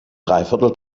dreiviertel